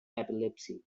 epilepsy